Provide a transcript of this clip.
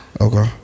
Okay